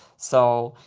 so,